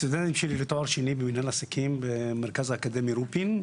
הסטודנטים שלי לתואר שני במינהל עסקים במרכז האקדמי רופין.